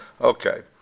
Okay